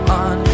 on